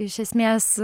iš esmės